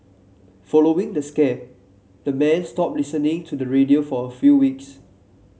following the scare the men stopped listening to the radio for a few weeks